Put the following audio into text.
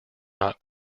not